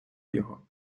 його